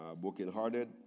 brokenhearted